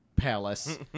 palace